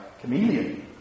Chameleon